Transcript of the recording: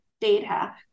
data